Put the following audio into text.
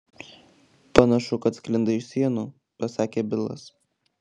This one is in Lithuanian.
panašu kad sklinda iš sienų pasakė bilas